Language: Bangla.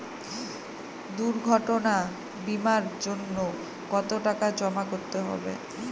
দুর্ঘটনা বিমার জন্য কত টাকা জমা করতে হবে?